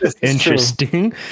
interesting